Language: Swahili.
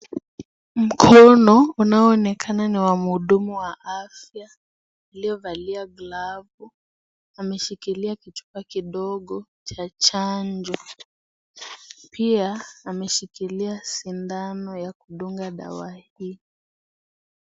Mkono unaoonekana ni wa mhudumu wa afya aliyevalia glavu. Ameshikilia kichupa kidogo cha chanjo. Pia ameshikilia shindano ya kudunga dawa hii.